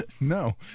no